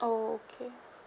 okay